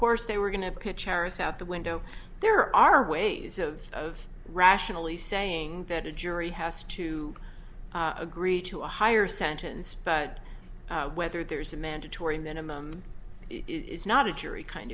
course they were going to pitch harris out the window there are ways of rationally saying that a jury has to agree to a higher sentence but whether there's a mandatory minimum is not a jury kind